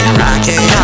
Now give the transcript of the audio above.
rocking